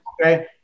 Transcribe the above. Okay